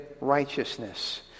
righteousness